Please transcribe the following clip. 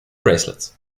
bracelets